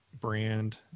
brand